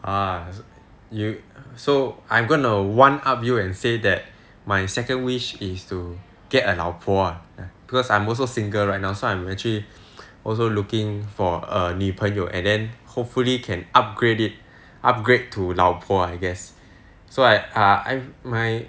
ah you so I'm going to one up you and say that my second wish is to get a 老婆 ah because I'm also single right now so I'm actually also looking for a 女朋友 and then hopefully can upgrade it upgrade to 老婆 I guess so I err my